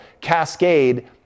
cascade